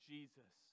Jesus